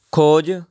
ਖੋਜ